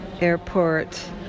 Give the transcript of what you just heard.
airport